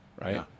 right